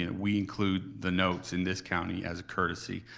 and we include the notes in this county as a courtesy.